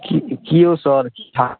कि यौ सर कि हाल